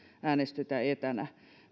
äänestytä etänä